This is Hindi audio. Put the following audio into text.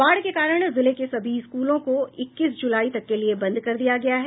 बाढ़ के कारण जिले के सभी स्कूलों को इक्कीस जुलाई तक के लिए बंद कर दिया गया है